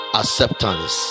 acceptance